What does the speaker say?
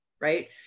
right